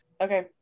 Okay